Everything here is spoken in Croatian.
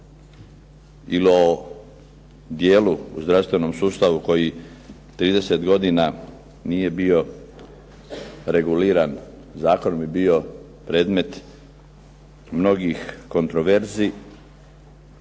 ili o dijelu u zdravstvenom sustavu koji 30 godina nije bio reguliran, zakon bi bio predmet mnogih kontroverzi